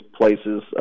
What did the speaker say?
places